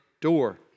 door